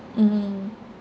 mm